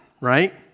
right